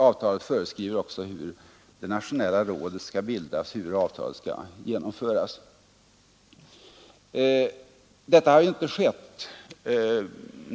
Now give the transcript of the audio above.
Avtalet föreskriver också hur det nationella rådet skall bildas och hur avtalet skall genomföras. Detta har inte skett.